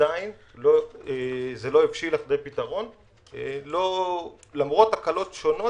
עדיין זה לא הבשיל למרות הקלות שונות